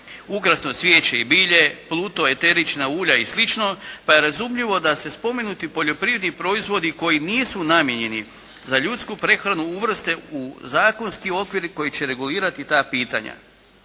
ukrasno cvijeće i bilje, pluto, eterična ulja i sl. pa je razumljivo da se spomenuti poljoprivredni proizvodi koji nisu namijenjeni za ljudsku prehranu uvrste u zakonski okvir koji će regulirati ta pitanja.